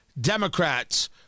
Democrats